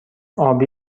آبی